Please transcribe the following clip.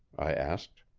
i asked.